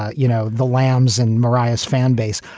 you know, the lambs and mariah's fan base,